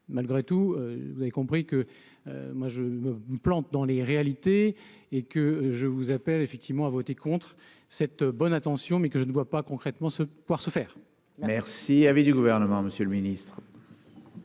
malgré tout, vous avez compris que moi je me plante dans les réalités et que je vous appelle effectivement à voter contre cette bonne intention, mais que je ne vois pas concrètement ce pouvoir se faire merci avait du gouvernement, monsieur le ministre.